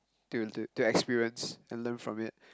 to to to experience and learn from it